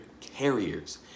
carriers